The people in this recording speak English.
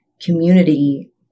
community